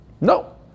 No